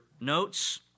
notes